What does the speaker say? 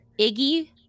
Iggy